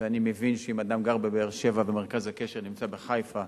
ואני מבין שאם אדם גר בבאר-שבע ומרכז הקשר נמצא בחיפה,